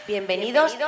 Bienvenidos